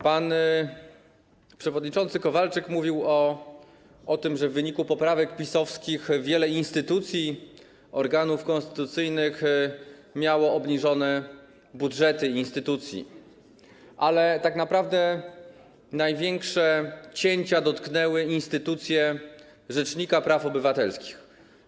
Pan przewodniczący Kowalczyk mówił o tym, że w wyniku poprawek PiS-owskich wiele instytucji, organów konstytucyjnych miało obniżone budżety instytucji, ale tak naprawdę największe cięcia dotknęły instytucję rzecznika praw obywatelskich.